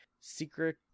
secret